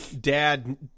Dad